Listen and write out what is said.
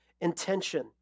intention